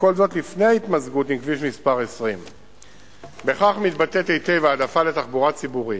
וכל זאת לפני ההתמזגות עם כביש מס' 20. בכך מתבטאת היטב ההעדפה של תחבורה ציבורית: